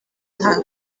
nta